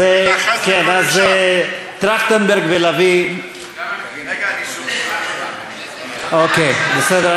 אז טרכטנברג ולביא, רגע, אני, אוקיי, בסדר.